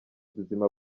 buzima